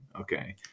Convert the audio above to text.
Okay